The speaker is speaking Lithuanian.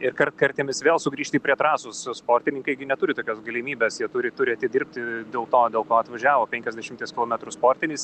ir kartkartėmis vėl sugrįžti prie trasų sportininkai gi neturi tokios galimybės jie turi turi atidirbti dėl to dėl ko atvažiavo penkiasdešimties kilometrų sportinis